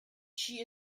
she